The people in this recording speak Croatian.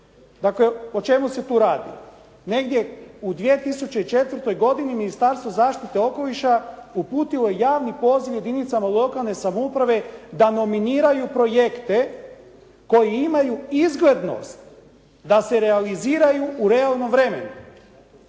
Dakle o čemu se tu radi. Negdje u 2004. godini Ministarstvo zaštite okoliša uputilo je javni poziv jedinicama lokalne samouprave da nominiraju projekte koji imaju izglednost da se realiziraju u realnom vremenu,